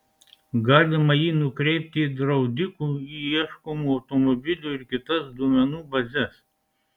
galima jį nukreipti į draudikų į ieškomų automobilių ir kitas duomenų bazes